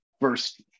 first